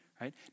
right